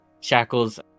Shackles